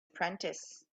apprentice